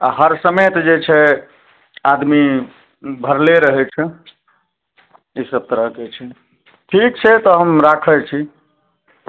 आओर हर समय तऽ जे छै आदमी भरले रहय छै ई सब तरहके छै ठीक छै तऽ हम राखय छी